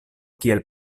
kiel